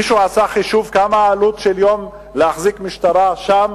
מישהו עשה חישוב מה העלות ליום של להחזיק משטרה שם